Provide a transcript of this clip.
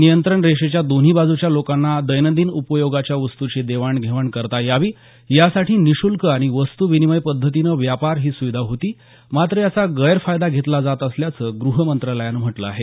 नियंत्रण रेषेच्या दोन्ही बाजूच्या लोकांना दैनंदिन उपयोगाच्या वस्तूंची देवाण घेवाण करता यावी यासाठी निःशुल्क आणि वस्तुविनिमय पद्धतीनं व्यापार ही सुविधा होती मात्र याचा गैरफायदा घेतला जात असल्याचं गृह मंत्रालयानं म्हटलं आहे